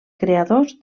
creadors